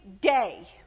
day